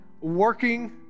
working